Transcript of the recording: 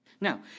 Now